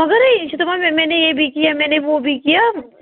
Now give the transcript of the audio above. مگرے یہِ چھِ دَپان میں نے یہ بھی کِیا میں نے وہ بھۍ کِیا